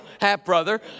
half-brother